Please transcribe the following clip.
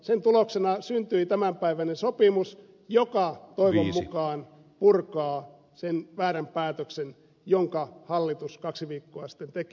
sen tuloksena syntyi tämänpäiväinen sopimus joka toivon mukaan purkaa sen väärän päätöksen jonka hallitus kaksi viikkoa sitten teki